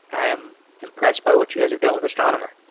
i am impressed by what you guys have done with astronomer.